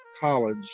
college